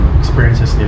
experiences